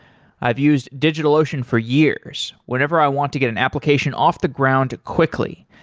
i've used digitalocean for years, whenever i want to get an application off the ground quickly.